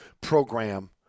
program